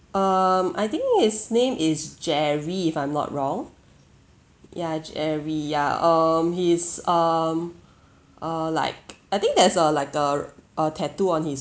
um I think his name is jerry if I'm not wrong ya jerry ya um he is um uh like I think there's a like a a tattoo on his